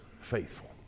faithful